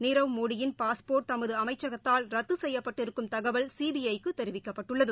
நீரவ் மோடியின் பாஸ்போா்ட் தமதுஅமைச்சகத்தால் ரத்துசெய்யப்பட்டிருக்கும் தகவல் சிபிஐ க்குதெரிவிக்கப்பட்டுள்ளது